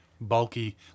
bulky